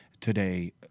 today